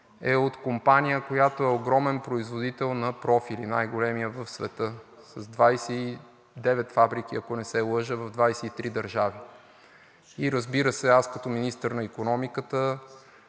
е от компания, която е огромен производител на профили – най-големият в света, с 29 фабрики, ако не се лъжа, в 23 държави. Разбира се, аз като министър на икономиката